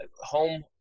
home